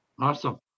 Awesome